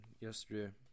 yesterday